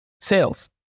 sales